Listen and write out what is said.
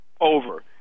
over